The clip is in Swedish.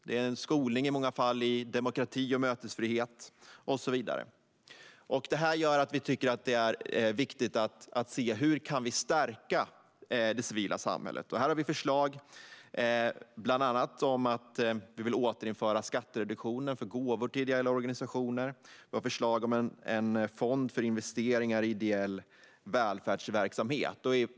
Det ger i många fall en skolning i demokrati och mötesfrihet och så vidare. Det här gör att vi tycker att det är viktigt att se hur vi kan stärka det civila samhället. Här har vi förslag bland annat om att vi vill återinföra skattereduktionen för gåvor till ideella organisationer. Vi har förslag om en fond för investeringar i ideell välfärdsverksamhet.